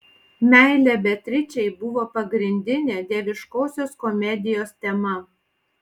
meilė beatričei buvo pagrindinė dieviškosios komedijos tema